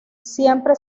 siempre